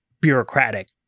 bureaucratic